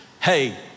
Hey